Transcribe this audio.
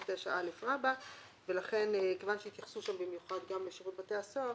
79א. ולכן כיוון שהתייחסו שם במיוחד גם לשירות בתי הסוהר,